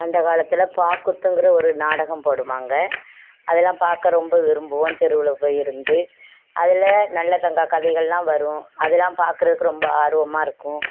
அந்த காலத்தில் பாவைக்கூத்துங்குற ஒரு நாடகம் போடுவாங்க அதெல்லாம் பார்க்க ரொம்ப விரும்புவோம் தெருவில் போயிருந்து அதில் நல்லதங்காள் கதைகளெலாம் வரும் அதலாம் பார்க்குறதுக்கு ரொம்ப ஆர்வமாக இருக்கும்